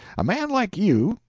a man like you,